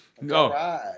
No